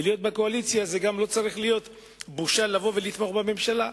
ולהיות בקואליציה זה לא צריך להיות בושה לבוא ולתמוך בממשלה.